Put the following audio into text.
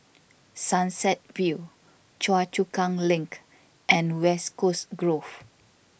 Sunset View Choa Chu Kang Link and West Coast Grove